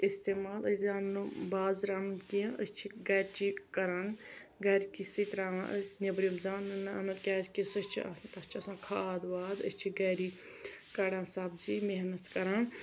اِستعمال أسۍ زانو نہٕ بازرٕ اَنُن کیٚنٛہہ أسۍ چھِ گَرِچی کَران گَرِ کِسی تراوان أسۍ نٮ۪برِم زانو نہٕ اَنُن کیازِ سُہ چھِ آسان تَتھ چھِ آسان کھاد واد أسۍ چھِ گَری کَڑان سبزی محنت کَران